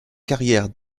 carrière